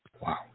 Wow